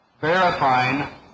verifying